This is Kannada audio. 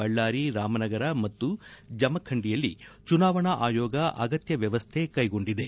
ಬಳ್ಳಾರಿ ರಾಮನಗರ ಮತ್ತು ಜಮಖಂಡಿಯಲ್ಲಿ ಚುನಾವಣಾ ಆಯೋಗ ಅಗತ್ಯ ವ್ಯವಸ್ಥೆ ಕೈಗೊಂಡಿದೆ